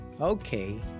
Okay